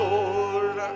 Lord